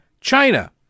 China